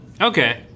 Okay